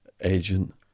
agent